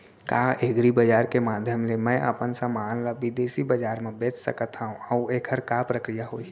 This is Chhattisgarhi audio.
का एग्रीबजार के माधयम ले मैं अपन समान ला बिदेसी बजार मा बेच सकत हव अऊ एखर का प्रक्रिया होही?